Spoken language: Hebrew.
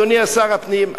אדוני השר לביטחון הפנים,